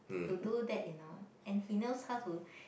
to do that you know and he knows how to